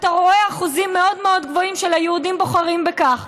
אתה רואה שאחוזים מאוד מאוד גבוהים של יהודים בוחרים בכך.